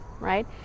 right